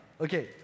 Okay